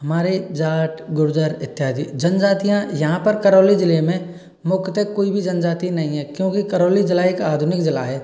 हमारे जाट गुर्जर इत्यादि जनजातियाँ यहाँ पर करौली जिले में मुख्यतः कोई भी जनजाति नहीं है क्योंकि करौली जिला एक आधुनिक जिला है